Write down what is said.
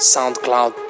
SoundCloud